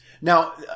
Now